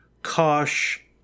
kosh